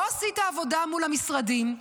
לא עשית עבודה מול המשרדים,